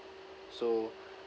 so